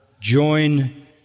join